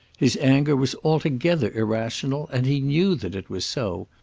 his anger was altogether irrational, and he knew that it was so.